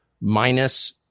minus